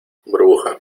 burbuja